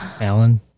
Alan